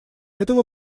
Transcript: этого